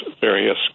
various